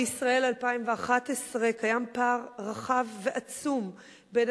בישראל 2011 קיים פער רחב ועצום בין